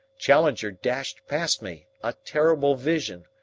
challenger dashed past me, a terrible vision,